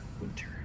winter